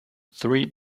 three